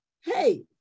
Hey